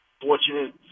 fortunate